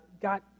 got